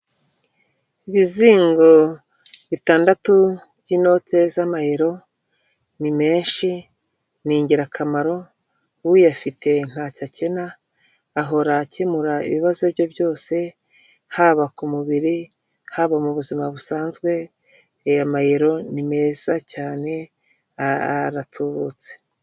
Mu muhanda rwagati mu masaha y'ijoro aha hino kuri iki gice kigendedwaho n'abanyamaguru hari ububiko bwagenewe kubikamo cyangwa kujugunywamo imyanda ikoreshwa n'abakoresha umuhanda harimo ibinyabiziga biri kugendera mu muhanda bibisikana by'umwihariko imodoka inini n'intoya ndetse n'abanyamaguru bari gukoresha umuhanda.